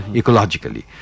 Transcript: ecologically